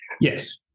yes